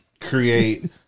create